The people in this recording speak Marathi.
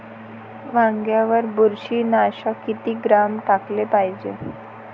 वांग्यावर बुरशी नाशक किती ग्राम टाकाले पायजे?